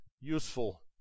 useful